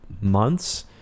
months